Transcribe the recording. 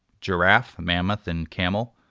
giraffe, mammoth, and camel.